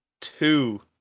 two